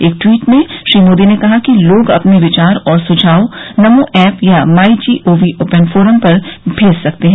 एक ट्वीट में श्री मोदी ने कहा कि लोग अपने विचार और सुझाव नमो ऐप या माई जीओवी ओपन फोरम पर भेज सकते हैं